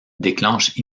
déclenche